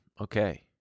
okay